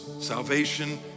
salvation